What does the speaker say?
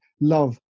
love